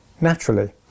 naturally